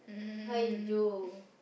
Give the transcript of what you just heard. !aiyo!